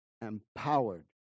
empowered